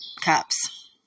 Cups